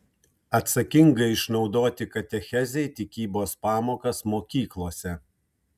atsakingai išnaudoti katechezei tikybos pamokas mokyklose